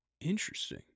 interesting